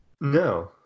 no